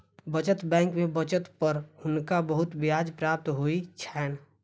बचत बैंक में बचत पर हुनका बहुत ब्याज प्राप्त होइ छैन